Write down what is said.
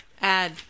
add